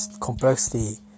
complexity